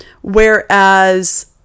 Whereas